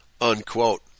Unquote